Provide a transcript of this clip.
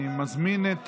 אני מזמין את